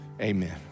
Amen